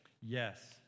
yes